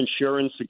insurance